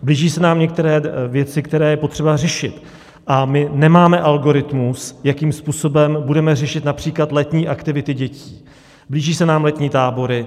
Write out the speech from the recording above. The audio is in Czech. Blíží se nám některé věci, které je potřeba řešit, a my nemáme algoritmus, jakým způsobem budeme řešit například letní aktivity dětí, blíží se nám letní tábory.